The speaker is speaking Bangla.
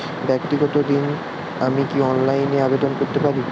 ব্যাক্তিগত ঋণ আমি কি অনলাইন এ আবেদন করতে পারি?